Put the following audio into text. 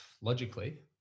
logically